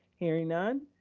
hearing none.